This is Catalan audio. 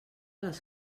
les